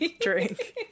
Drink